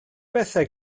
bethau